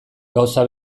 gauza